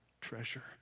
treasure